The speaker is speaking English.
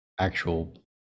actual